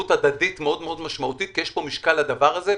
ובערבות הדדית מאוד-מאוד משמעותית כי יש פה משקל לדבר הזה,